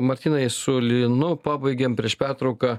martynai su linu pabaigėm prieš pertrauką